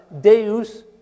Deus